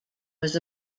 was